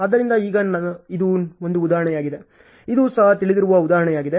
ಆದ್ದರಿಂದ ಈಗ ಇದು ಒಂದು ಉದಾಹರಣೆಯಾಗಿದೆ ಇದು ಸಹ ತಿಳಿದಿರುವ ಉದಾಹರಣೆಯಾಗಿದೆ